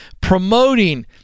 promoting